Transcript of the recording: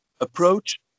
approach